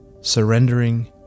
Surrendering